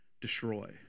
destroy